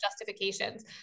justifications